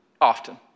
often